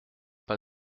pas